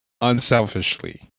unselfishly